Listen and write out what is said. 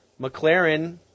McLaren